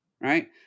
right